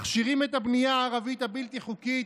מכשירים את הבנייה הערבית הבלתי-חוקית